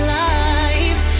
life